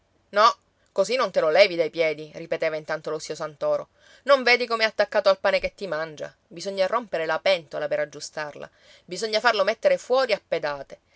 no così non te lo levi dai piedi ripeteva intanto lo zio santoro non vedi come è attaccato al pane che ti mangia bisogna rompere la pentola per aggiustarla bisogna farlo mettere fuori a pedate